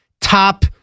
top